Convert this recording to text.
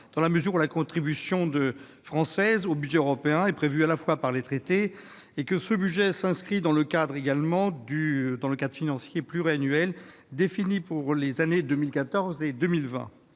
dans la mesure où la contribution française au budget européen est prévue par les traités et où ce budget s'inscrit dans le cadre financier pluriannuel défini pour les années 2014 à 2020.